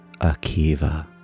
Akiva